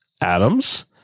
Adams